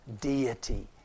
deity